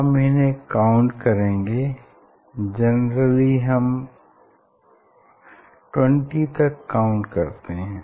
हम इन्हें काउंट करेंगे जेनेरली हम 20 तक काउंट करते हैं